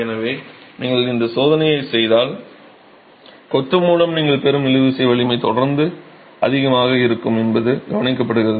எனவே நீங்கள் இந்த சோதனையை செய்தால் கொத்து மூலம் நீங்கள் பெறும் இழுவிசை வலிமை தொடர்ந்து அதிகமாக இருக்கும் என்று கவனிக்கப்படுகிறது